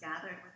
gathered